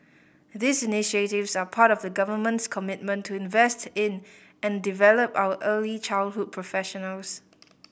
these initiatives are part of the Government's commitment to invest in and develop our early childhood professionals